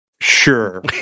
sure